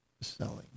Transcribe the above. selling